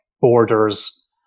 borders